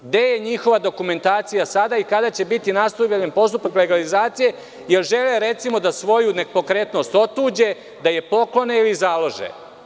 Gde je njihova dokumentacija sada i kada će biti nastavljen postupak legalizacije jer žele, recimo, da svoju nepokretnost otuđe, da je poklone ili založe.